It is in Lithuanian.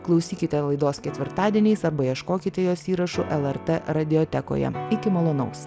klausykite laidos ketvirtadieniais arba ieškokite jos įrašų lrt radiotekoje iki malonaus